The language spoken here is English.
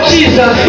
Jesus